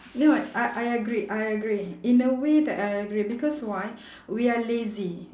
no I I agree I agree in a way that I agree because why we are lazy